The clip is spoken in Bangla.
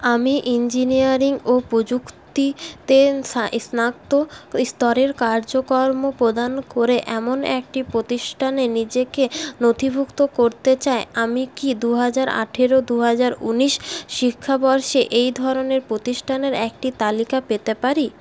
আমি ইঞ্জিনিয়ারিং ও প্রযুক্তি তে স্নাতক স্তরের কার্যকর্ম প্রদান করে এমন একটি প্রতিষ্ঠানে নিজেকে নথিভুক্ত করতে চাই আমি কি দুহাজার আঠারো দুহাজার উনিশ শিক্ষাবর্ষে এই ধরনের প্রতিষ্ঠানের একটি তালিকা পেতে পারি